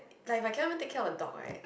like if I cannot even take care of a dog right